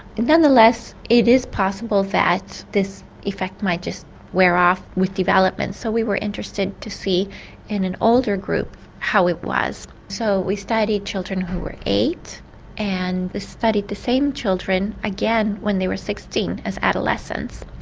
nonetheless it is possible that this effect might just wear off with development so we were interested to see in an older group how it was. so we studied children who were eight and we studied the same children again when they were sixteen as adolescents.